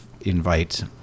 invite